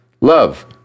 love